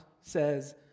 says